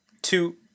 Two